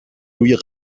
روی